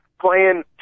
playing